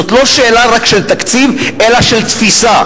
זו לא רק שאלה של תקציב, אלא גם של תפיסה.